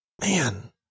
Man